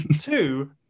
Two